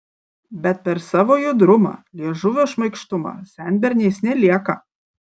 bet per savo judrumą liežuvio šmaikštumą senberniais nelieka